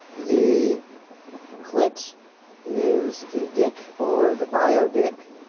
the clit is! the dick! or the! bio dick.